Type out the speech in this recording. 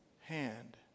hand